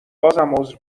عذر